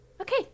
Okay